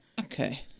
okay